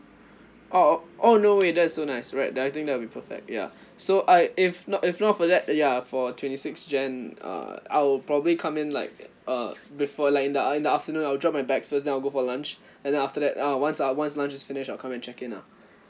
oh oh oh no way that's so nice right then I think that will be perfect ya so I if not if not for that ya for twenty six jan uh I'll probably come in like uh before like in the in the afternoon I drop my bag first then I'll go for lunch and then after that uh once uh once lunch is finish I'll come and check in lah